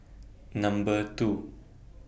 Number two